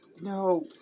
No